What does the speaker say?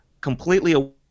completely